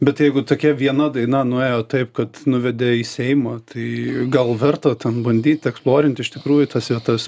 bet jeigu tokia viena daina nuėjo taip kad nuvedė į seimą tai gal verta ten bandyt eksplorint iš tikrųjų tas vietas